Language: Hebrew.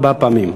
ארבע פעמים.